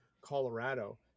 Colorado